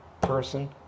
person